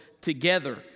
together